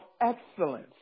excellence